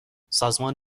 سازمان